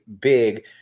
big